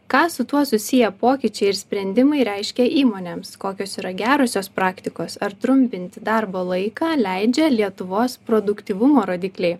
ką su tuo susiję pokyčiai ir sprendimai reiškia įmonėms kokios yra gerosios praktikos ar trumpinti darbo laiką leidžia lietuvos produktyvumo rodikliai